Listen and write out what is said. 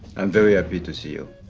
i'm very happy to see you.